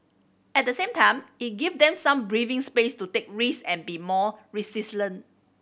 at the same time it give them some breathing space to take risk and be more